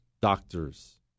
doctors